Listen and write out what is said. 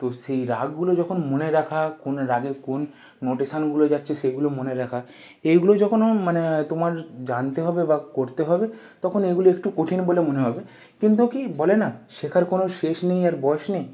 তো সেই রাগগুলো যখন মনে রাখা কোন রাগে কোন নোটেশনগুলো যাচ্ছে সেগুলো মনে রাখা এইগুলো যখন মানে তোমার জানতে হবে বা করতে হবে তখন এইগুলো একটু কঠিন বলে মনে হবে কিন্তু কি বলে না শেখার কোনো শেষ নেই আর বয়স নেই